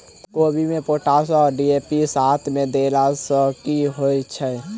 कोबी मे पोटाश आ डी.ए.पी साथ मे देला सऽ की होइ छै?